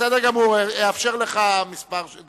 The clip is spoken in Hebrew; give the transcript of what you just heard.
אמרו לי, בסדר גמור, אאפשר לך דקות מספר.